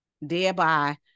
Thereby